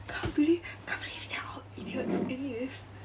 can't believe can't believe they are all idiots anyways